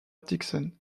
dixon